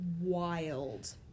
wild